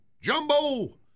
Jumbo